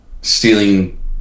Stealing